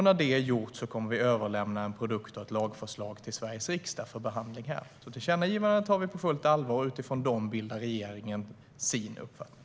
När detta är gjort kommer vi att överlämna en produkt och ett lagförslag till Sveriges riksdag för behandling här. Tillkännagivandet tar vi på fullt allvar, och utifrån det bildar regeringen sin uppfattning.